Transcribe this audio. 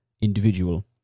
individual